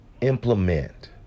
implement